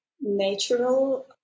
natural